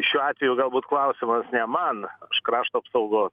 šiuo atveju galbūt klausimas ne man krašto apsaugos